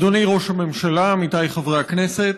אדוני ראש הממשלה, עמיתיי חברי הכנסת,